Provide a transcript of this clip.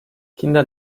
kinder